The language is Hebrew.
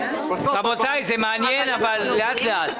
רבותי, זה מעניין, אבל לאט-לאט.